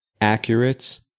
accurate